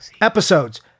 episodes